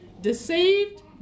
deceived